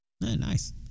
Nice